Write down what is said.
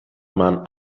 man